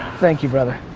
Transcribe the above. thank you, brother.